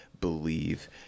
believe